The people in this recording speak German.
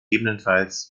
ggf